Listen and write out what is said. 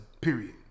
period